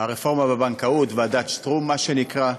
הרפורמה בבנקאות, ועדת שטרום מה שנקרא.